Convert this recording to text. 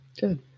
Good